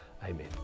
Amen